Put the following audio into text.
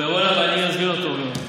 דודי אמסלם,